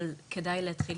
אבל כדאי להתחיל